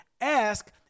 Ask